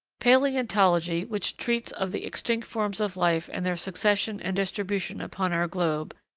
palaeontology, which treats of the extinct forms of life and their succession and distribution upon our globe,